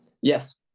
yes